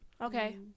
okay